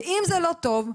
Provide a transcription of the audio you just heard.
ואם זה לא טוב,